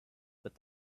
with